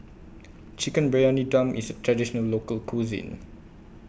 Chicken Briyani Dum IS A Traditional Local Cuisine